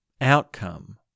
outcome